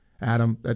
Adam